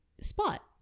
spot